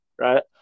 right